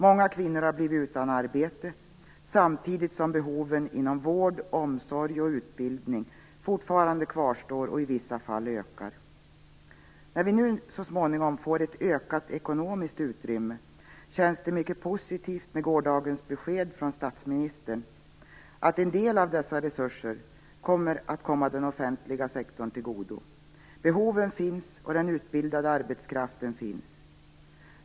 Många kvinnor har blivit utan arbete samtidigt som behoven inom vård, omsorg och utbildning fortfarande kvarstår och i vissa fall ökar. När vi nu så småningom får ett ökat ekonomiskt utrymme känns det mycket positivt med gårdagens besked från statsministern att en del av dessa resurser kommer den offentliga sektorn till godo. Behoven finns, och den utbildade arbetskraften finns.